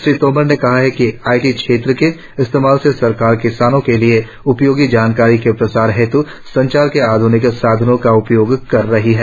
श्री तोमर ने कहा कि आईटी क्षेत्र के इस्तेमाल से सरकार किसानों के लिए उपयोगी जानकारी के प्रसार हेत् संचार के आध्निक साधनों का उपयोग कर रही है